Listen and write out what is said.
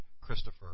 Christopher